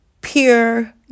pure